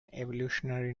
evolutionary